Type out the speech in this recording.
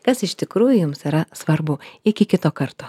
kas iš tikrųjų jums yra svarbu iki kito karto